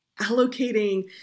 allocating